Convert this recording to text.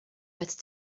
better